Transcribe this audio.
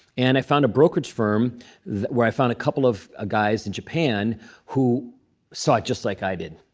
and i found a brokerage firm where i found a couple of ah guys in japan who saw it just like i did.